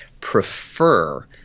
prefer